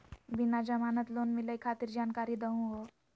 बिना जमानत लोन मिलई खातिर जानकारी दहु हो?